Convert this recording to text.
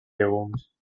llegums